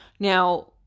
Now